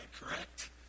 correct